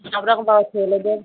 সব রকম পাওয়া যায় ছেলেদের